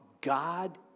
God